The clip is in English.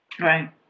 Right